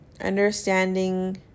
understanding